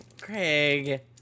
Craig